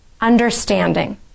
understanding